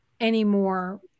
anymore